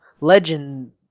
Legend